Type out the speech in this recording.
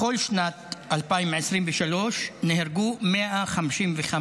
בכל שנת 2023 נהרגו 155,